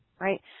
right